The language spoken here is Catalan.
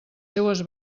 seues